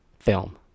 film